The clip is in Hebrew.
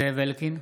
זאב אלקין,